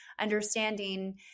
understanding